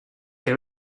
que